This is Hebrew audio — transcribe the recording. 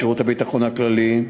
שירות הביטחון הכללי,